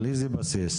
על איזה בסיס?